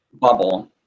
bubble